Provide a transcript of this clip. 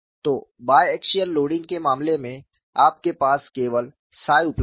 तो biaxial loading के मामले में आपके पास केवल 𝜳 उपलब्ध है